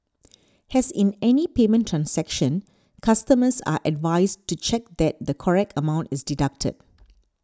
as in any payment transaction customers are advised to check that the correct amount is deducted